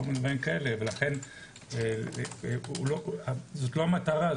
זאת לא המטרה.